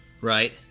right